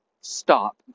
stop